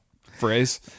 phrase